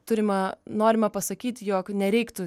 turima norima pasakyt jog nereiktų